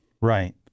Right